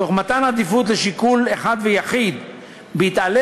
תוך מתן עדיפות לשיקול אחד ויחיד בהתעלם